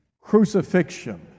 crucifixion